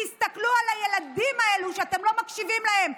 תסתכלו על הילדים האלו שאתם לא מקשיבים להם.